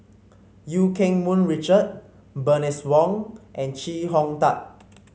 Eu Keng Mun Richard Bernice Wong and Chee Hong Tat